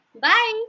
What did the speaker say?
Bye